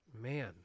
man